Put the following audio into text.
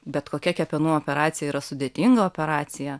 bet kokia kepenų operacija yra sudėtinga operacija